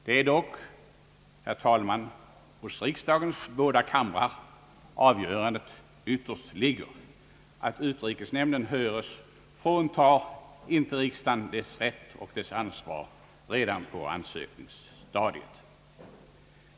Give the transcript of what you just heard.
Det är dock hos riksdagens båda kamrar avgörandet ytterst ligger. Att utrikesnämnden höres, fråntar icke riksdagen dess rätt och ansvar redan på ansökningsstadiet.